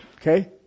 Okay